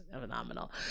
phenomenal